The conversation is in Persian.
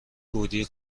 گودی